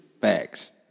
Facts